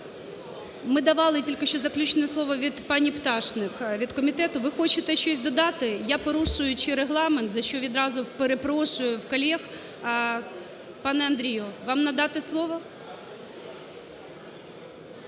Ми давали тільки що заключне слово від пані Пташник від комітету. Ви хочете щось додати? Я, порушуючи Регламент, за що відразу перепрошую в колег… Пане Андрію, вам надати слово?